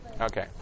Okay